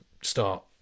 start